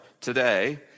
today